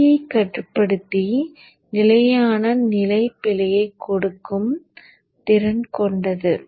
PI கட்டுப்படுத்தி பூஜ்ஜிய நிலையான நிலைப் பிழையைக் கொடுக்கும் திறன் கொண்டது